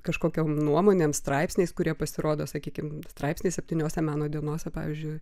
kažkokiom nuomonėm straipsniais kurie pasirodo sakykim straipsniai septyniose meno dienose pavyzdžiui